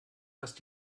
fast